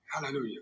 Hallelujah